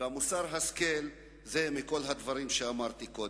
מוסר ההשכל זה מכל הדברים שאמרתי קודם.